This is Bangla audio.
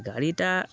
গাড়ি টা